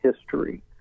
history